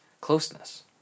closeness